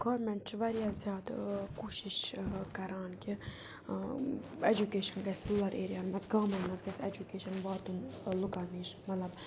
government چھِ واریاہ زیادٕ کوٗشِش کَران کہِ ایٚجُکیشَن گژھِ روٗلَر ایریاہَن منٛز گامَن منٛز گژھِ ایٚجُکیشَن واتُن لُکَن نِش مطلب